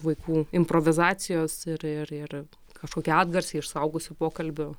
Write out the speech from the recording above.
vaikų improvizacijos ir ir ir kažkokie atgarsiai iš suaugusių pokalbių